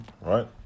right